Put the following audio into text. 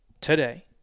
today